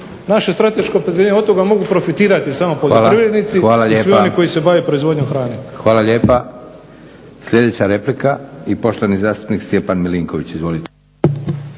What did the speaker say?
naše strateško opredjeljenje. Od toga mogu profitirati samo poljoprivrednici i svi oni koji se bave proizvodnjom hrane. **Leko, Josip (SDP)** Hvala lijepa. Sljedeća replika i poštovani zastupnik Stjepan Milinković. Izvolite.